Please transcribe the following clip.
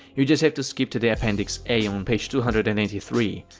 you just have to skip to the appendix a, on page two hundred and eighty three.